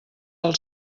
del